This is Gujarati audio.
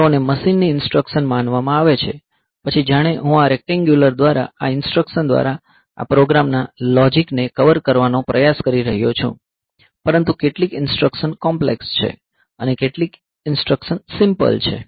તેઓને મશીનની ઈન્સ્ટ્રકશન માનવામાં આવે છે પછી જાણે હું આ રેક્ટેન્ગ્યુંલર દ્વારા આ ઈન્સ્ટ્રકશન દ્વારા આ પ્રોગ્રામના લોજીક ને કવર કરવાનો પ્રયાસ કરી રહ્યો છું પરંતુ કેટલીક ઈન્સ્ટ્રકશન કોમ્પ્લેક્સ છે અને કેટલીક ઈન્સ્ટ્રકશન સિમ્પલ છે